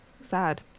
sad